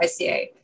ICA